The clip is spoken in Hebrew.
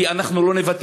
כי אנחנו לא נוותר.